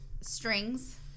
Strings